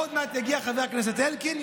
ועוד מעט יגיע חבר הכנסת אלקין,